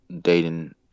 dating